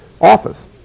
office